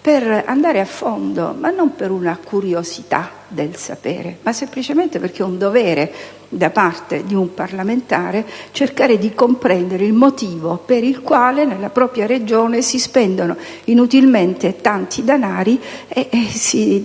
per andare a fondo, e non per una curiosità del sapere, ma semplicemente perché è un dovere, da parte di un parlamentare, cercare di comprendere il motivo per il quale, nella propria regione, si spendono inutilmente tanti danari e si